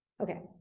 Okay